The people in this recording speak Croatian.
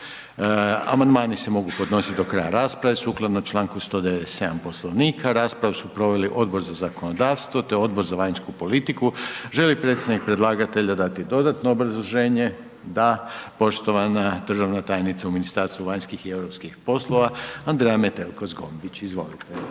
Amandmani se mogu podnositi do kraja rasprave sukladno članku 197. Poslovnika. Raspravu su proveli Odbor za zakonodavstvo te Odbor za vanjsku politiku. Želi li predstavnik predlagatelja dati dodatno obrazloženje? Da, poštovana državna tajnica u Ministarstvu vanjskih i europskih poslova, Andreja Metelko Zgombić, izvolite.